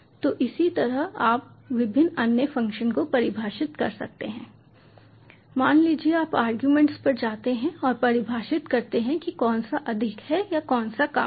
तो इसी तरह आप विभिन्न अन्य फ़ंक्शन को परिभाषित कर सकते हैं मान लीजिए आप आरगुमेंट्स पर जाते हैं और परिभाषित करते हैं कि कौन सा अधिक है या कौन सा कम है